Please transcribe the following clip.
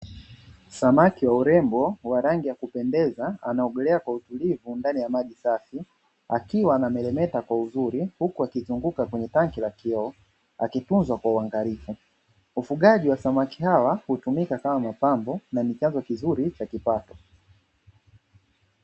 Samaki wa urembo wa rangi ya kupendeza anaogelea kwa utulivu ndani ya maji safi akiwa anameremeta kwa uzuri, huku akizunguka kwenye tanki la kioo akitunzwa kwa uangalifu. Ufugaji wa samaki hawa hutumika kama mapambo na ni chanzo kizuri cha kipato.